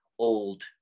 old